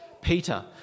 Peter